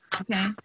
Okay